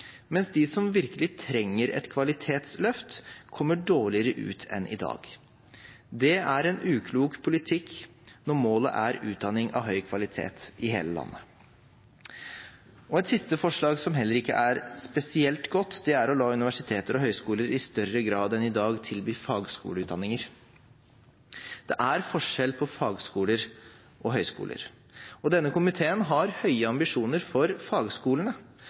mens de som virkelig trenger et kvalitetsløft, kommer dårligere ut enn i dag. Det er en uklok politikk når målet er utdanning av høy kvalitet i hele landet. Et siste forslag som heller ikke er spesielt godt, er å la universiteter og høyskoler i større grad enn i dag tilby fagskoleutdanninger. Det er forskjell på fagskoler og høyskoler. Denne komiteen har høye ambisjoner for fagskolene,